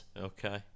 Okay